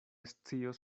scios